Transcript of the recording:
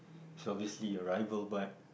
it's obviously your rival but